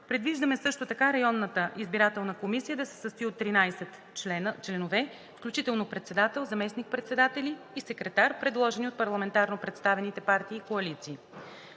Предвиждаме също така районната избирателна комисия да се състои от 13 членове, включително председател, заместник-председатели и секретар, предложени от парламентарно представените партии и коалиции.